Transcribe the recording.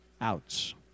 outs